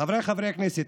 חבריי חברי הכנסת,